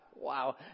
Wow